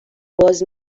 باز